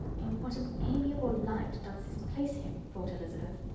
in what an amiable light does this place him! thought elizabeth.